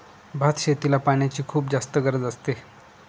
भात शेतीला पाण्याची खुप जास्त गरज असते